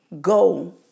go